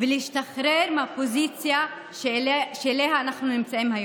ולהשתחרר מהפוזיציה שבה אנחנו נמצאים היום.